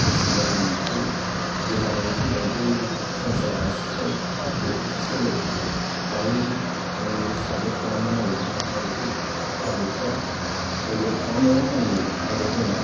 बुस्थु बाहायनाय बेखौ गोदानै फैनाय बै केनसार हस्पिटेल बे हस्पिटेलाव बाहाय मानि साबमिथ खालामनो नागिरदोंमोन दा बिखौ पाब्लिकफ्रा अजद खालामनायाव आंबो मदद दङ